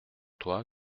toi